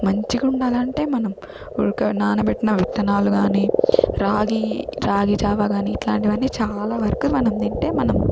మంచిగా ఉండాలంటే మనం ఉడక నానబెట్టిన విత్తనాలు కానీ రాగి రాగి జావ కానీ ఇట్లాంటివన్నీ చాలా వరకు మనం తింటే మనం